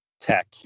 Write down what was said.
tech